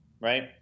right